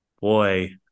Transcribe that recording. boy